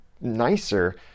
nicer